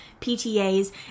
PTAs